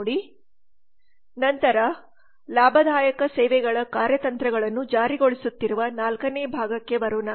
ನಂತರ ಲಾಭದಾಯಕ ಸೇವೆಗಳ ಕಾರ್ಯತಂತ್ರಗಳನ್ನು ಜಾರಿಗೊಳಿಸುತ್ತಿರುವ 4 ನೇ ಭಾಗಕ್ಕೆ ಬರೋಣ